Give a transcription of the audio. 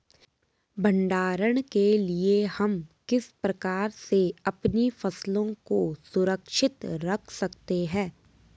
भंडारण के लिए हम किस प्रकार से अपनी फसलों को सुरक्षित रख सकते हैं?